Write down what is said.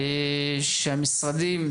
שהמשרדים,